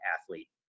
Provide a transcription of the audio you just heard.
athlete